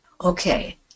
Okay